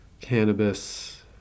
cannabis